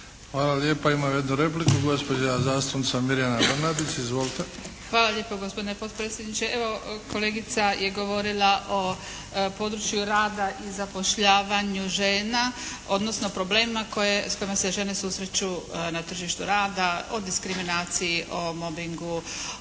Hvala lijepa. Imamo jednu repliku gospođa zastupnica Mirjana Brnadić. Izvolite. **Brnadić, Mirjana (HDZ)** Hvala lijepo, gospodine potpredsjedniče. Evo, kolegica je govorila o području rada i zapošljavanju žena odnosno problemima s kojima se žene susreću na tržištu rada, o diskriminaciji, o mobingu,